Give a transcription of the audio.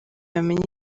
bamenye